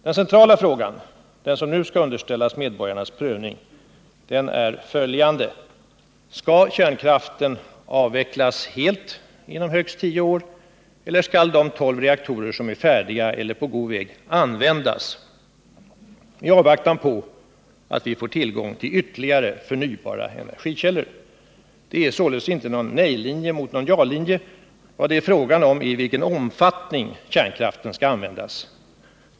Den centrala frågan, den som nu skall underställas medborgarnas prövning, är följande: Skall kärnkraften avvecklas helt inom högst tio år eller skall de tolv reaktorer som är färdiga, eller på god väg att bli det, användas i avvaktan på att vi får tillgång till ytterligare förnybara energikällor? Det är således inte fråga om någon nej-linje mot någon ja-linje. Vad det är fråga om är i vilken omfattning kärnkraften skall användas.